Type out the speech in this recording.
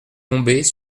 tombés